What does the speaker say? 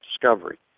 discovery